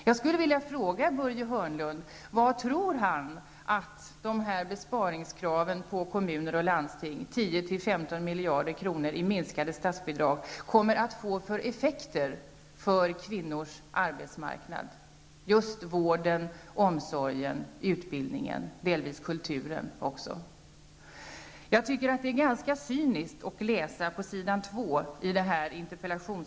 Jag skulle vilja fråga Börje Hörnlund vad han tror att de besparingskrav på kommuner och landsting som blir följden av 10--15 miljarder kronor i minskade statsbidrag kommer att få för effekter för kvinnors arbetsmarknad inom just vård, omsorg, utbildning och delvis även kulturen. Det som står att läsa på s. 2 i interpellationssvaret är ganska cyniskt.